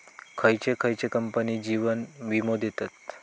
खयचे खयचे कंपने जीवन वीमो देतत